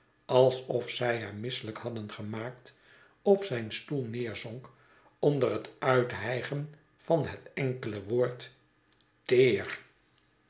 alsof z ij hem misseujk hadden gemaakt op zijn stoel neerzonk onder het uithijgen van het enkele woord teer